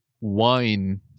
wine